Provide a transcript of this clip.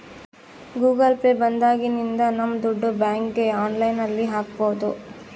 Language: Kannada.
ಗೂಗಲ್ ಪೇ ಬಂದಾಗಿನಿಂದ ನಮ್ ದುಡ್ಡು ಬ್ಯಾಂಕ್ಗೆ ಆನ್ಲೈನ್ ಅಲ್ಲಿ ಹಾಕ್ಬೋದು